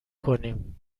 کنیم